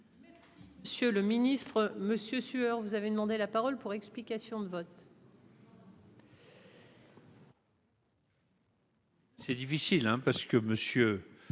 Monsieur le ministre, monsieur Sueur, vous avez demandé la parole pour explication de vote. C'est difficile, hein, parce que Monsieur